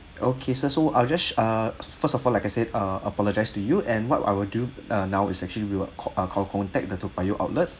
okay sir so I'll just err first of all like I said err apologise to you and what I will do now is actually we will called uh con~ contact the Toa Payoh outlet